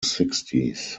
sixties